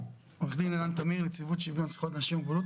אני מנציבות שוויון זכויות לאנשים עם מוגבלות,